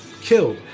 killed